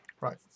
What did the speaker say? Right